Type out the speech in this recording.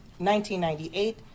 1998